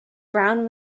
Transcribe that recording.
brown